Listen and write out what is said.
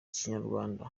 kinyarwanda